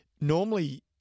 Normally